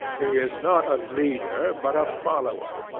he is not a leader, but a follower.